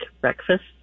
breakfast